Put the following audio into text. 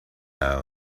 now